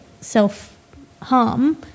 self-harm